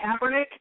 Kaepernick